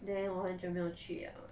then 我很久没有去了